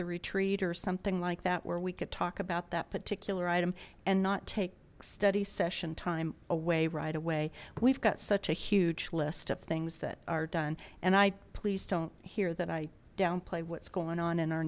the retreat or something like that where we could talk about that particular item and not take study session time away right away we've got such a huge list of things that are done and i please don't here that i downplay what's going on in our